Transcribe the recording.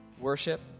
worship